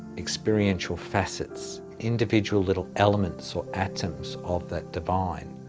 experiential facets, individual little elements or atoms of that divine.